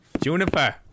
Juniper